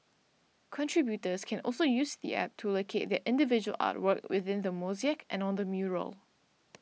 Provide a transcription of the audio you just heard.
contributors can also use the app to locate their individual artwork within the mosaic and on the mural